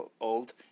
old